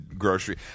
grocery